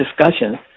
discussion